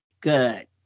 Good